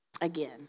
again